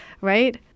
right